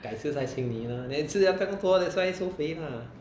改次再请你啦你吃到这样多 that's why so 肥啦